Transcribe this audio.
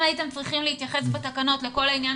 אתם הייתם צריכים להתייחס בתקנות לכל העניין